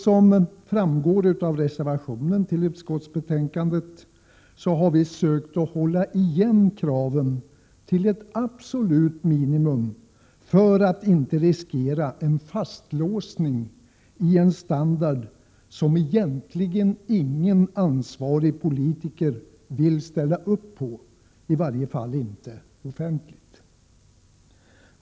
Som framgår av reservationen till utskottsbetänkandet har vi sökt hålla igen kraven till ett absolut minimum för att inte riskera en fastlåsning i en standard som egentligen ingen ansvarig politiker vill ställa sig bakom, i varje fall inte offentligt.